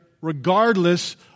regardless